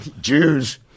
Jews